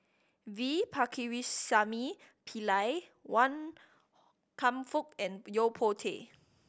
V Pakirisamy Pillai Wan Kam Fook and Yo Po Tee